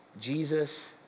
Jesus